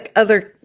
and other